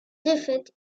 défaite